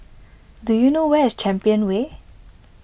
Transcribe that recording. do you know where is Champion Way